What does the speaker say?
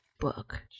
book